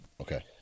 Okay